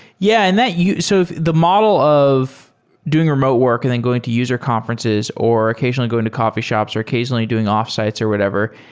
yeah. and so yeah sort of the model of doing remote work and then going to user conferences, or occasionally going to coffee shops, or occasionally doing offsites or whatever.